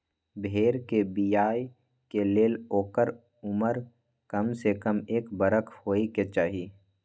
भेड़ कें बियाय के लेल ओकर उमर कमसे कम एक बरख होयके चाही